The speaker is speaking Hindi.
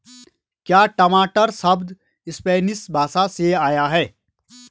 क्या टमाटर शब्द स्पैनिश भाषा से आया है?